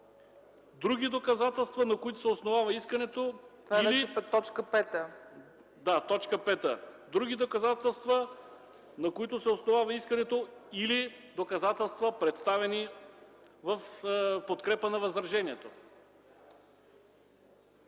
други доказателства, на които се основава искането, или доказателства, представени в подкрепа на възраженията.